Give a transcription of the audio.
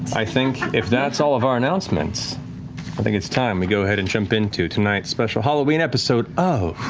i think, if that's all of our announcements, i think it's time we go ahead and jump into tonight's special halloween episode of